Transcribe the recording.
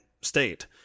state